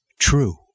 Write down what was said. true